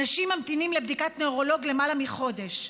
אנשים ממתינים לבדיקת נוירולוג למעלה מחודש.